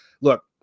look